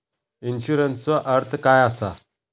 इन्शुरन्सचो अर्थ काय असा?